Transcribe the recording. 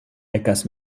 ekas